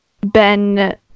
Ben